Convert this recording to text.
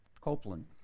Copeland